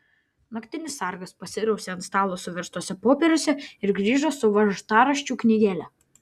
naktinis sargas pasirausė ant stalo suverstuose popieriuose ir grįžo su važtaraščių knygele